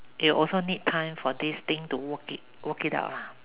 you also need time for this thing to work it work it out lah